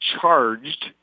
charged